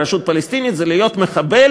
ברשות הפלסטינית משולמת למחבל